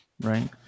right